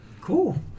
Cool